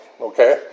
Okay